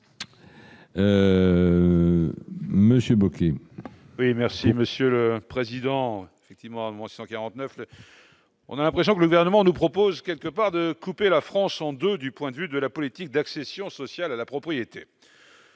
Monsieur Bocquet. Oui, merci Monsieur le Président, effectivement, au moins 149 on a l'impression que le versement nous propose quelque part de couper la France en 2 du point de vue de la politique d'accession sociale à la propriété